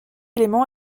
élément